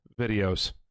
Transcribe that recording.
videos